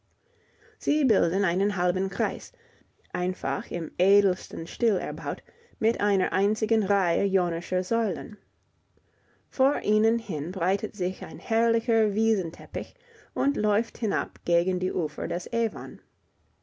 sie bilden einen halben kreis einfach im edelsten stil erbaut mit einer einzigen reihe jonischer säulen vor ihnen hin breitet sich ein herrlicher wiesenteppich und läuft hinab gegen die ufer des avon